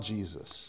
Jesus